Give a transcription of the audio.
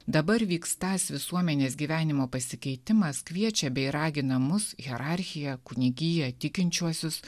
dabar vykstąs visuomenės gyvenimo pasikeitimas kviečia bei ragina mus hierarchiją kunigiją tikinčiuosius